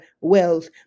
wealth